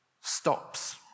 stops